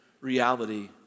reality